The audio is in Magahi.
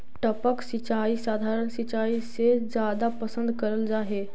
टपक सिंचाई सधारण सिंचाई से जादा पसंद करल जा हे